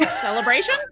celebration